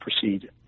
proceed